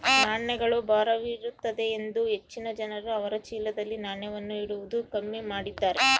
ನಾಣ್ಯಗಳು ಭಾರವಿರುತ್ತದೆಯೆಂದು ಹೆಚ್ಚಿನ ಜನರು ಅವರ ಚೀಲದಲ್ಲಿ ನಾಣ್ಯವನ್ನು ಇಡುವುದು ಕಮ್ಮಿ ಮಾಡಿದ್ದಾರೆ